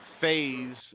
Phase